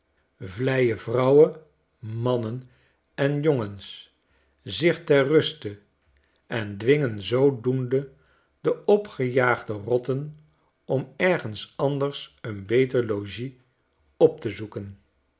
vlijen vrouwen mannen en jongens zich ter ruste en dwingen zoodoende de opgejaagde rotten om ergens anders een beter logies op te zoeken